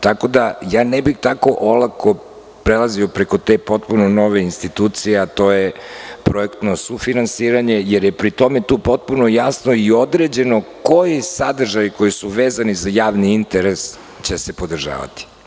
Tako da, ne bih tako olako prelazio preko te potpuno nove institucije, a to je projektno sufinansiranje, jer je pri tome tu potpuno jasno i određeno koji sadržaji koji su vezani za javni interes će se podržavati.